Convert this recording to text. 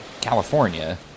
California